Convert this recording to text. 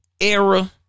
era